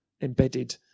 embedded